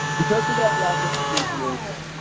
because of that lack of of information,